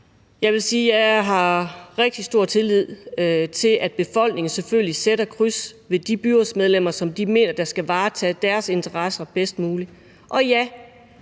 Jeg vil sige, at jeg har rigtig stor tillid til, at befolkningen selvfølgelig sætter kryds ved de byrådsmedlemmer, som de mener kan varetage deres interesser bedst mulig. Og ja,